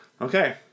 okay